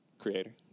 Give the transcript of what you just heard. creator